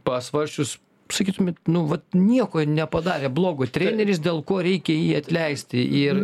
pasvarsčius sakytumėt nu vat nieko nepadarė blogo treneris dėl ko reikia jį atleisti ir